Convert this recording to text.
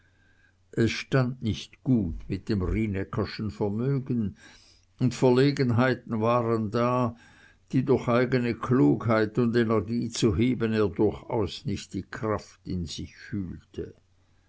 es stand nicht gut mit dem rienäckerschen vermögen und verlegenheiten waren da die durch eigne klugheit und energie zu heben er durchaus nicht die kraft in sich fühlte